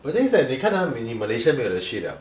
but then it's like 你看 ah 你你 Malaysia 没有得去 liao